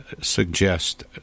suggest